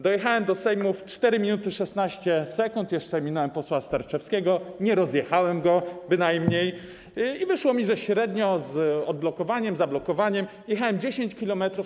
Dojechałem do Sejmu w 4 minuty 16 sekund, jeszcze minąłem posła Sterczewskiego, nie rozjechałem go bynajmniej, i wyszło mi, że średnio z odblokowaniem, zablokowaniem jechałem 10 km/h.